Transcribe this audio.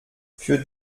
für